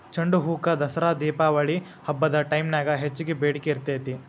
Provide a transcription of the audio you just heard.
ಚಂಡುಹೂಕ ದಸರಾ ದೇಪಾವಳಿ ಹಬ್ಬದ ಟೈಮ್ನ್ಯಾಗ ಹೆಚ್ಚಗಿ ಬೇಡಿಕಿ ಇರ್ತೇತಿ